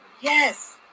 Yes